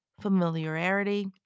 familiarity